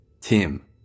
Tim